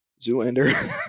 Zoolander